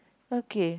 okay